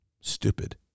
Stupid